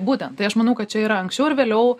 būtent tai aš manau kad čia yra anksčiau ar vėliau